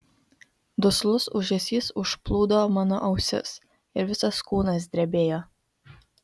duslus ūžesys užplūdo mano ausis ir visas kūnas drebėjo